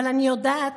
אבל אני יודעת